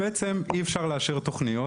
כתוצאה מכך, בעצם אי אפשר לאשר תוכניות.